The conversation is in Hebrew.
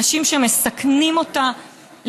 אנשים שמסכנים אותה,